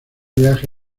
viaje